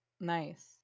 nice